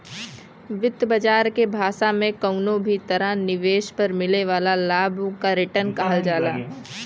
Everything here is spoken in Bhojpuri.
वित्त बाजार के भाषा में कउनो भी तरह निवेश पर मिले वाला लाभ क रीटर्न कहल जाला